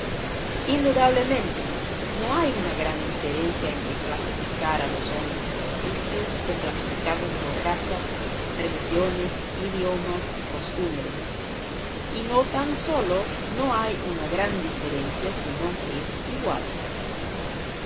indudablemente no hay una gran diferencia entre clasificar a los hombres por oficios o clasificarlos por razas religiones idiomas y costumbres y no tan sólo no hay una gran diferencia sino que es igual